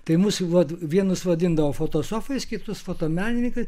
tai mus vat vienus vadindavo fotosofais kitus fotomenininkais